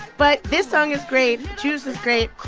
but this song is great. juice is great.